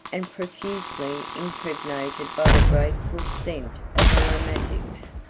and profusely impregnated by the grateful scent of aromatics.